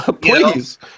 please